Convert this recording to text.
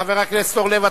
חבר הכנסת אורלב,